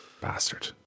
bastard